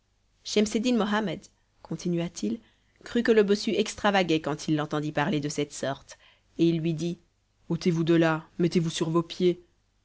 mohammed continua-t-il crut que le bossu extravaguait quand il l'entendit parler de cette sorte et il lui dit ôtez-vous de là mettez-vous sur vos pieds